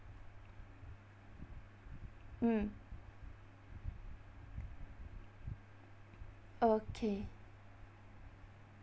mm okay